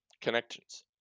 connections